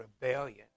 rebellion